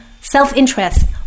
self-interest